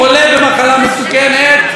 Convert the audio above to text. חולה במחלה מסוכנת,